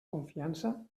confiança